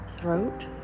throat